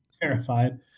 Terrified